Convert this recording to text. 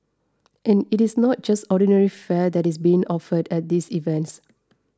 and it is not just ordinary fare that is being offered at these events